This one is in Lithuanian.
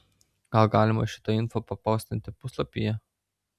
gal galima šitą info papostinti puslapyje